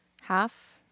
half